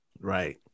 right